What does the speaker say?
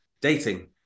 dating